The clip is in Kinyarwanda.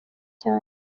cyane